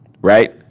right